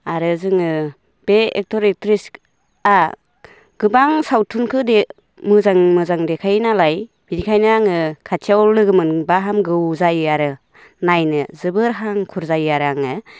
आरो जोङो बे एक्टर एक्ट्रेसआ गोबां सावथुनखो मोजां मोजां देखाइयोनालाय बेखायनो आङो खाथियाव लोगोमोनब्ला हामगौ जायो आरो नायनो जोबोर हांखुर जायो आरो आङो